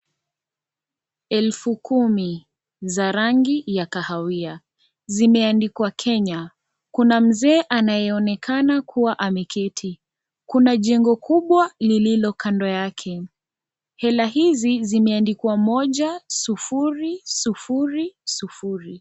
Elfu kumi za rangi ya kahawia. Zimeandikwa Kenya. Kuna mzee anayeonekana kuwa ameketi kuna jengo kubwa lililo kando yake . Hela hizi zimeandikwa moja sufuri sufuri sufuri.